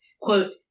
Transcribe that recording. quote